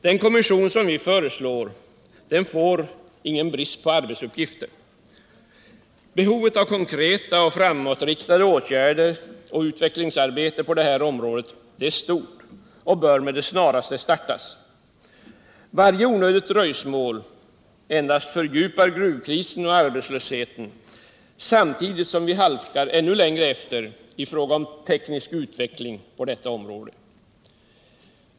Den kommission som vi föreslår får ingen brist på arbetsuppgifter. Behovet av konkreta och framåtriktade åtgärder och utvecklingsarbete på detta område är stort, och man bör med det snaraste sätta i gång arbetet. Varje onödigt dröjsmål endast fördjupar gruvkrisen och arbetslösheten samtidigt som vi halkar ännu längre efter i fråga om teknisk utveckling på detta område.